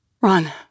Run